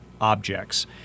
objects